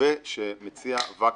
המתווה שמציע וקנין,